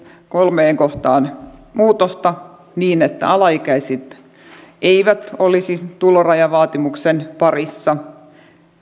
kolmeen kohtaan muutosta niin että alaikäiset eivät olisi tulorajavaatimuksen parissa